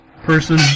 person